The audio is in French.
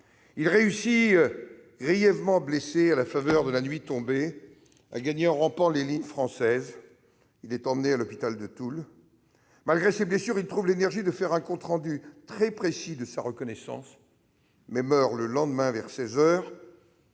Il réussit, à la faveur de la nuit tombée, à gagner en rampant les lignes françaises, d'où il put être emmené à l'hôpital de Toul. Malgré ses blessures, il trouva l'énergie de faire un compte rendu très précis de sa reconnaissance. Il mourut le lendemain, vers